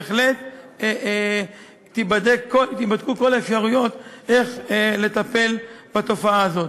בהחלט ייבדקו כל האפשרויות איך לטפל בתופעה הזאת.